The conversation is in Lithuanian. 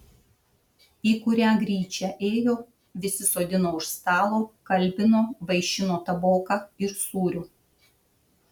į kurią gryčią ėjo visi sodino už stalo kalbino vaišino taboka ir sūriu